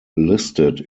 listed